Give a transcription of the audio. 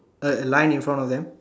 a line in front of them